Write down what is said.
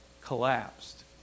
collapsed